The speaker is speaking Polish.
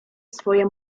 swoje